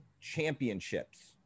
Championships